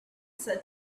said